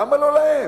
למה לא להם?